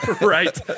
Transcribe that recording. right